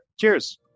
Cheers